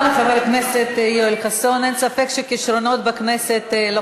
איזה מזל שיש, תודה רבה לחבר הכנסת יואל חסון.